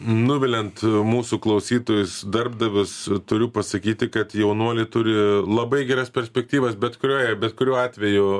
nuviliant mūsų klausytojus darbdavius turiu pasakyti kad jaunuoliai turi labai geras perspektyvas bet kurioje bet kuriuo atveju